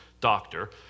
doctor